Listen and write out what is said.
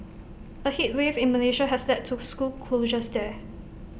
A heat wave in Malaysia has led to school closures there